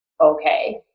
okay